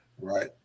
Right